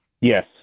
Yes